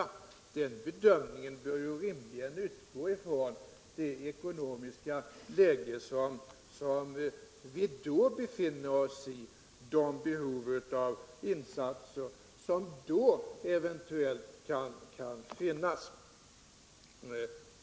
Men den bedömningen bör rimligen utgå från det ekonomiska läge som vi befinner oss i då och från det behov av insatser som då eventuellt kan finnas.